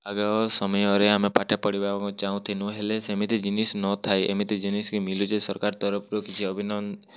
ଆଗ ସମୟରେ ଆମେ ପାଠ ପଢ଼ିବାକୁ ଚାହୁଁଥିନୁ ହେଲେ ସେମିତି ଜିନିଷ ନଥାଏ ଏମିତି ଜିନିଷକେ ମିଳୁଛେ ସରକାର ତରଫରୁ କିଛି ଅଭିନ